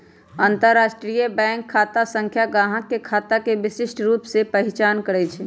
अंतरराष्ट्रीय बैंक खता संख्या गाहक के खता के विशिष्ट रूप से पहीचान करइ छै